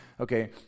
okay